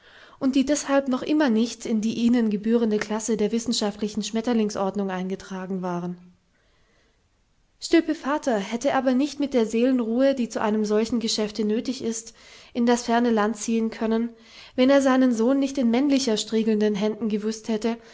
und die deshalb noch immer nicht in die ihnen gebührende klasse der wissenschaftlichen schmetterlingsordnung eingetragen waren stilpe vater hätte aber nicht mit der seelenruhe die zu einem solchen geschäfte nötig ist in das ferne land ziehen können wenn er seinen sohn nicht in männlicher striegelnden händen gewußt hätte